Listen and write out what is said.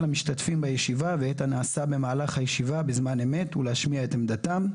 המשתתפים בישיבה ואת הנעשה במהלך הישיבה בזמן אמת ולהשמיע את עמדתם.